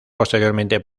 posteriormente